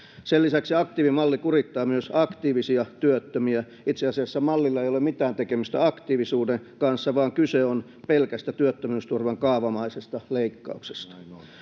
sen lisäksi aktiivimalli kurittaa myös aktiivisia työttömiä itse asiassa mallilla ei ole mitään tekemistä aktiivisuuden kanssa vaan kyse on pelkästä työttömyysturvan kaavamaisesta leikkauksesta